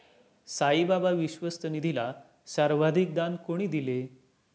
साईबाबा विश्वस्त निधीला सर्वाधिक दान कोणी दिले?